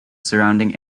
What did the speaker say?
surrounding